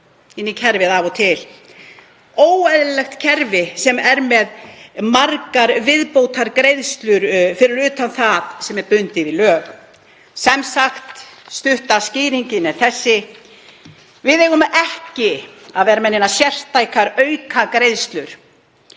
inn í kerfið af og til. Það væri óeðlilegt kerfi sem væri með margar viðbótargreiðslur fyrir utan það sem væri bundið í lög. Stutta skýringin er þessi: Við eigum ekki að vera með neinar sértækar aukagreiðslur